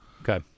Okay